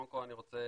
קודם כל אני רוצה,